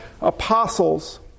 apostles